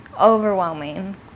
overwhelming